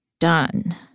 done